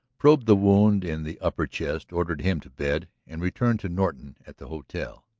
probed the wound in the upper chest, ordered him to bed, and returned to norton at the hotel.